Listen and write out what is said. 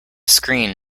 screen